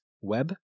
web